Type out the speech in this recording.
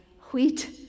wheat